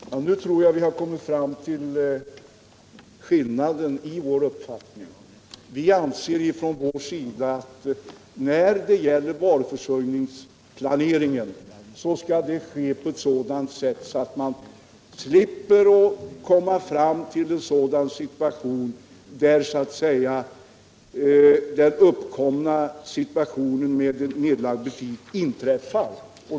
Herr talman! Nu tror jag vi har kommit fram till skillnaden mellan våra uppfattningar. Vi anser att varuförsörjningsplaneringen skall ske på ett sådant sätt att man tidigare vidtagit åtgärder om en butik skall läggas ned.